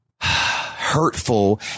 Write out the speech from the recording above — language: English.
hurtful